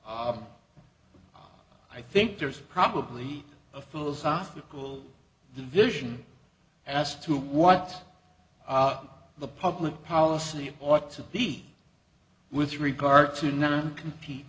i i think there's probably a philosophical division as to what the public policy ought to be with regard to non compete